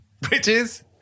Bridges